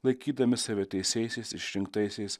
laikydami save teisiaisiais išrinktaisiais